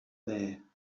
there